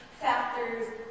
factors